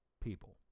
people